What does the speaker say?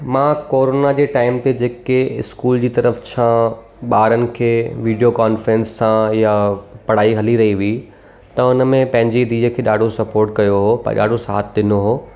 मां कोरोना जे टाइम ते जेके स्कूल जी तरफ़ु छा ॿारनि खे विडियो कॉनफेरेंस सां या पढ़ाई हली रही हुई त उन में पंहिंजी धीअ खे ॾाढो स्पॉट कयो हो ॾाढो साथ ॾिनो हो